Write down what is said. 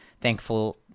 Thankful –